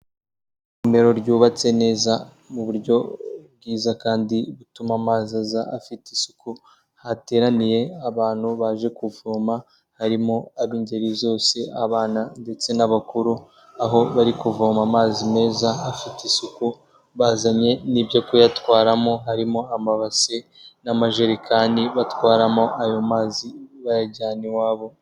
Isomero ryubatse neza mu buryo bwiza kandi butuma amazi aza afite isuku, hateraniye abantu baje kuvoma harimo ab'ingeri zose abana ndetse n'abakuru. Aho bari kuvoma amazi meza afite isuku bazanye n'ibyo kuyatwaramo harimo amabasi n'amajerekani batwaramo ayo mazi bayajyana iwabo.